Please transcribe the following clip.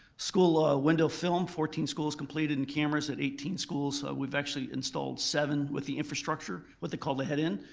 school ah window film, fourteen schools completed and cameras at eighteen schools, we've actually installed seven with the infrastructure, what they call the head-in.